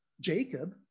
Jacob